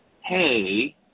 Hey